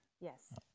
Yes